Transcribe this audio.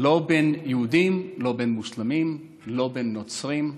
בין יהודים, מוסלמים ונוצרים.